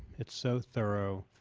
it's so thorough.